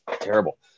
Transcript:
terrible